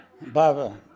Baba